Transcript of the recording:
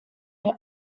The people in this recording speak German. der